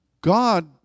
God